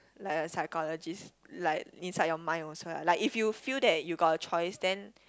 like a psychologist like inside your mind also ah like if you feel that you got a choice then